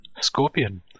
Scorpion